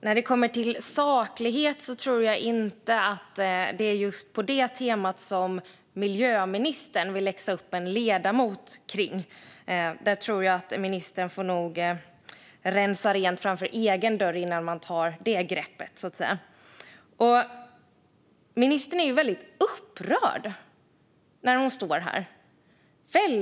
Fru talman! När det kommer till saklighet tror jag inte att det är på just det temat som miljöministern ska läxa upp en ledamot. Ministern får nog sopa rent framför egen dörr innan hon tar till det greppet. Ministern är väldigt upprörd.